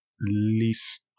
least